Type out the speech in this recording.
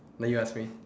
now you ask me